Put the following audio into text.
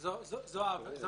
מרכז העבירה וזה